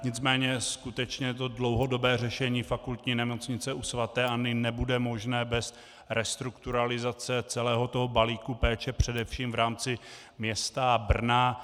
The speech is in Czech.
Nicméně skutečně dlouhodobé řešení Fakultní nemocnice u sv. Anny nebude možné bez restrukturalizace celého toho péče především v rámci města Brna.